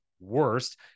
Worst